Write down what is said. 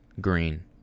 Green